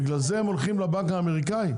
בגלל זה הם הולכים לבנק האמריקאי?